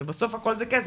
שכן בסוף הכול זה כסף,